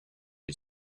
you